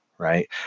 Right